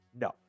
No